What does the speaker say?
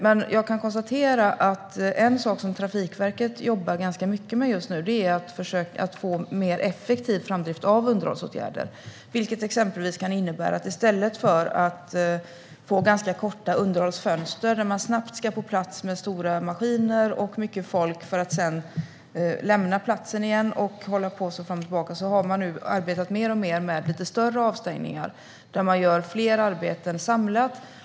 Men jag kan konstatera att något som Trafikverket jobbar ganska mycket med just nu är att få mer effektiv framdrift av underhållsåtgärder. Det kan exempelvis innebära att man i stället för ganska korta underhållsfönster, där man snabbt ska på plats med stora maskiner och mycket folk för att sedan lämna platsen igen och hålla på så fram och tillbaka, nu har arbetat mer och mer med lite större avstängningar med fler arbeten samlade.